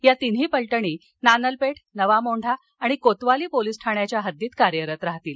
या तिन्ही पलटणी नानलपेठ नवामोंढा कोतवाली पोलीस ठाण्याच्या हद्दीत कार्यरत राहतील